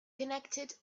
connected